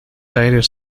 aéreos